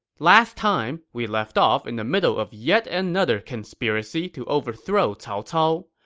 last time, we left off in the middle of yet another conspiracy to overthrow cao cao.